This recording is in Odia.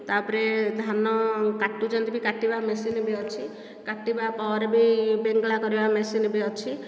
ତାପରେ ଧାନ କାଟୁଛନ୍ତି ବି କାଟିବା ମେସିନ ବି ଅଛି କାଟିବା ପରେ ବି ବେଙ୍ଗଳା କରିବା ମେସିନ ବି ଅଛି